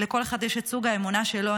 לכל אחד יש את סוג האמונה שלו.